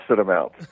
amount